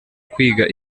kwiga